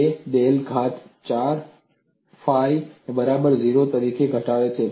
તે ડેલ ઘાત 4 ફાઇ ની બરાબર 0 સુધી ઘટાડે છે